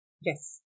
Yes